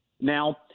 Now